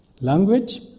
Language